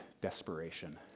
desperation